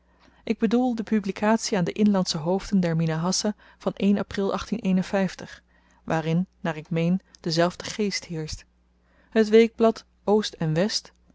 ik bedoel de publikatie aan de inl hoofden der minahassa van april waarin naar ik meen dezelfde geest heerscht het weekblad oost en west